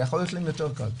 יכול להיות להן יותר קל.